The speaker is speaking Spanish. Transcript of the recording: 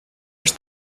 los